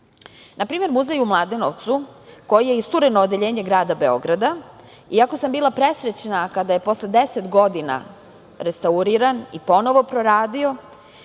primer, muzej u Mladenovcu koji je istureno odeljenje grada Beograda, jako sam bila presrećna kada je posle deset godina restauriran i ponovo proradio,